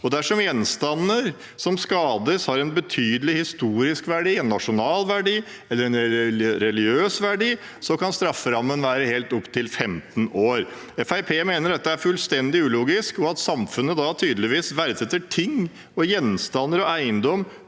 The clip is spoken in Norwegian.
Dersom gjenstander som skades, har en betydelig historisk verdi, en nasjonal verdi eller en religiøs verdi, kan strafferammen være helt opptil 15 år. Fremskrittspartiet mener dette er fullstendig ulogisk, og at samfunnet da tydeligvis verdsetter gjenstander og eiendom